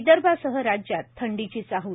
विदर्भासह राज्यात थंडिची चाहल